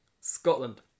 Scotland